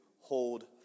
hold